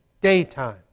daytime